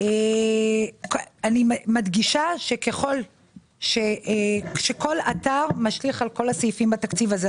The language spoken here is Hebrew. אני מדגישה שכל אתר משליך על כל הסעיפים בתקציב הזה.